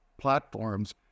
platforms